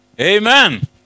Amen